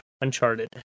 Uncharted